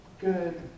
good